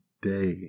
day